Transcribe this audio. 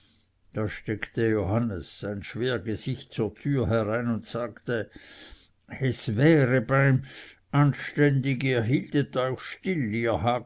da streckte johannes sein schwer gesicht zur türe herein und sagte es wäre beim anständig ihr hieltet euch still